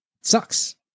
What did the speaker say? Sucks